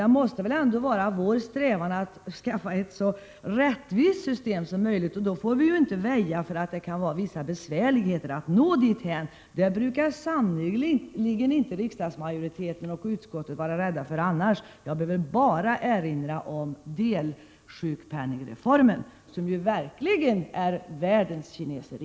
Det måste väl ändå vara vår strävan att skapa ett så rättvist system som möjligt, Ingegerd Anderlund, och då får vi inte väja för att det innebär vissa besvärligheter att nå dithän. Det brukar sannerligen inte riksdagsmajoriteten och utskottet vara rädda för annars. Jag behöver bara erinra om delsjukpenningreformen, som verkligen innebär kineseri!